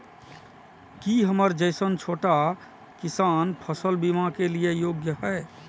की हमर जैसन छोटा किसान फसल बीमा के लिये योग्य हय?